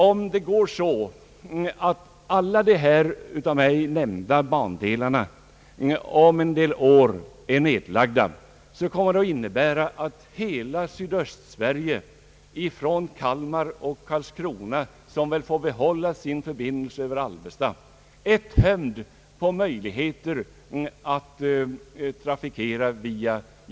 Om det går så att alla de här av mig nämnda bandelarna om några år är nedlagda kommer det att innebära att hela Sydöstsverige från Kalmar till Karlskrona — som väl får behålla sin förbindelse över Alvesta — är tömt på möjligheter till järnvägstrafik.